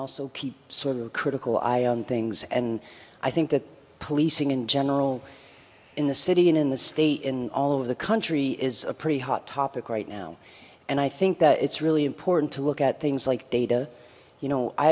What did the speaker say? also keep sort of a critical eye on things and i think that policing in general in the city and in the state in all of the country is a pretty hot topic right now and i think that it's really important to look at things like data you know i